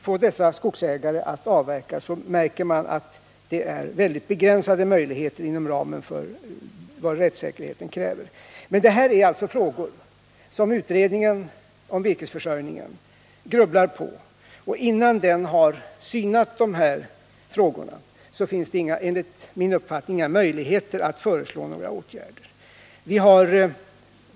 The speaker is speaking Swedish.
få dessa skogsägare att avverka, märker man att dessa möjligheter är mycket begränsade om man tar hänsyn till vad rättssäkerheten kräver. Men detta är alltså frågor som utredningen om virkesförsörjningen grubblar på. Innan den har synat dessa frågor finns det enligt min uppfattning inga möjligheter att föreslå några åtgärder.